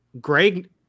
greg